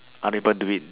other people do it